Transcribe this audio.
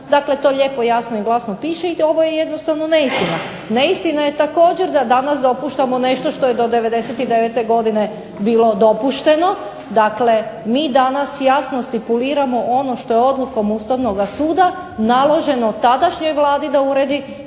To lijepo jasno i glasno piše i to je jednostavno neistina. Neistina je također da danas dopuštamo nešto što je do 99. godine bilo dopušteno. Dakle, mi danas jasno stipuliramo ono što je odlukom Ustavnog suda naložen tadašnjoj Vladi da uredi,